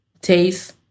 taste